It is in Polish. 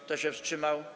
Kto się wstrzymał?